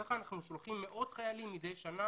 כך אנחנו שולחים מאות חיילים מדי שנה